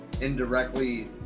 indirectly